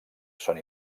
són